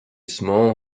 small